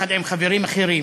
יחד עם חברים אחרים,